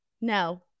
No